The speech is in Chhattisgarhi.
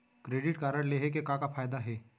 क्रेडिट कारड लेहे के का का फायदा हे?